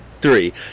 three